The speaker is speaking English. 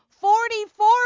Forty-four